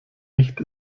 nicht